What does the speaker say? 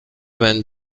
vingt